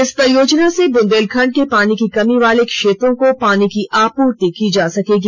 इस परियोजना से ब्रंदेलखंड के पानी की कमी वाले क्षेत्रों को पानी की आपूर्ति की जा सकेगी